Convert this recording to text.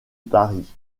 paris